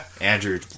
Andrew